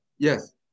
Yes